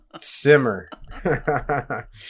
simmer